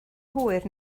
hwyr